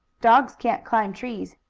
dogs can't climb trees.